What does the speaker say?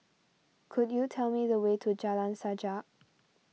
could you tell me the way to Jalan Sajak